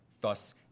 Thus